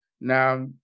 Now